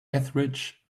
ethridge